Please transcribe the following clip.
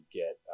get